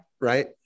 Right